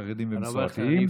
חרדים ומסורתיים,